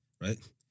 right